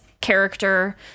character